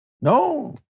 No